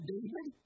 David